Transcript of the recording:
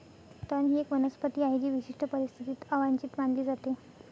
तण ही एक वनस्पती आहे जी विशिष्ट परिस्थितीत अवांछित मानली जाते